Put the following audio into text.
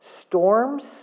storms